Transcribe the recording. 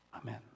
Amen